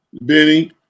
Benny